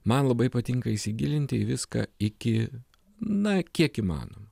man labai patinka įsigilinti į viską iki na kiek įmanoma